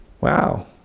wow